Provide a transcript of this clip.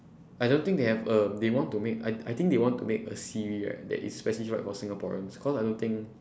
I don't think they have a they want to make I I think they want to make a siri that is specified for singaporeans cause I don't think